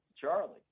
Charlie